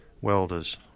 welders